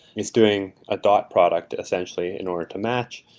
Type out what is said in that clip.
is doing a dot product essentially in order to match,